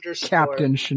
Captain